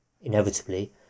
Inevitably